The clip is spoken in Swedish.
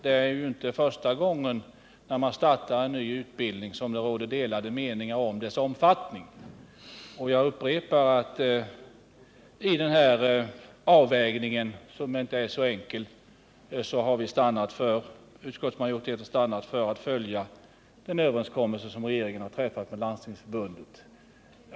Det är ju inte första gången som det, när en ny utbildning startas, råder delade meningar om dess omfattning. Jag upprepar att utskottsmajoriteten, i den avvägning som inte varit så enkel att göra, stannat för att följa en överenskommelse som regeringen har träffat med Landstingsförbundet.